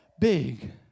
big